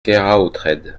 keraotred